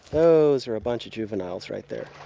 those are a bunch of juvenile's right there!